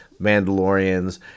Mandalorians